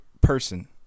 person